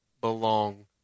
belong